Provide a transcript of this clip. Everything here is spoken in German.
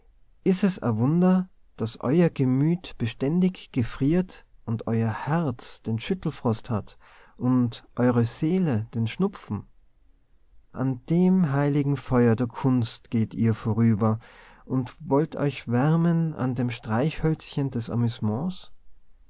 is es e wunder daß euer gemüt beständig friert und euer herz den schüttelfrost hat und eure seele den schnupfen an dem heiligen feuer der kunst geht ihr vorüber und wollt euch wärmen an dem streichhölzchen des amüsements